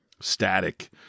static